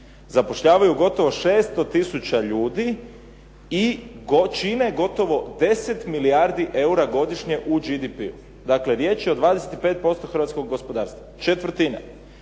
Zapošljavaju gotovo 600 tisuća ljudi i čine gotovo 10 milijardi eura u GDP-u. Dakle, riječ je o 25% hrvatskog gospodarstva, četvrtina.